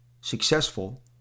successful